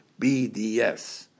BDS